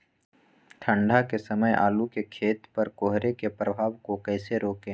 ठंढ के समय आलू के खेत पर कोहरे के प्रभाव को कैसे रोके?